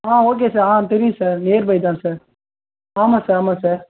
okay sir தெரியும் sir nearby தான் sir ஆமாம் சார் ஆமாம் சார்